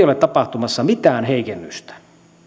ole tapahtumassa mitään heikennystä